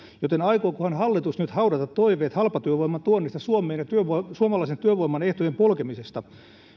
joten aikookohan hallitus nyt haudata toiveet halpatyövoiman tuonnista suomeen ja suomalaisen työvoiman ehtojen polkemisesta